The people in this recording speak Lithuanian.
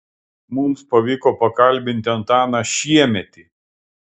mums pavyko pakalbinti antaną šiemetį